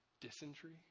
dysentery